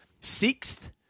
sixth